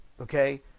okay